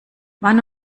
wann